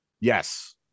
Yes